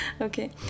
Okay